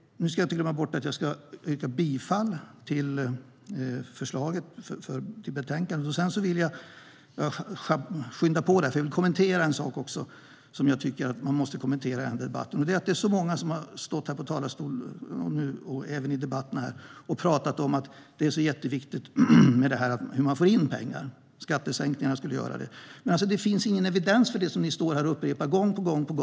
Jag yrkar bifall till utskottets förslag i betänkandet. Sedan vill jag kommentera en sak. Det är så många som har stått här i talarstolen och pratat om att det är så jätteviktigt att få in pengar, och då är det skattesänkningar som gäller. Men det finns ingen evidens för det som ni står här och upprepar gång på gång.